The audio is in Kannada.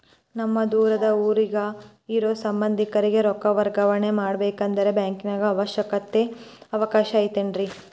ನಮ್ಮ ದೂರದ ಊರಾಗ ಇರೋ ಸಂಬಂಧಿಕರಿಗೆ ರೊಕ್ಕ ವರ್ಗಾವಣೆ ಮಾಡಬೇಕೆಂದರೆ ಬ್ಯಾಂಕಿನಾಗೆ ಅವಕಾಶ ಐತೇನ್ರಿ?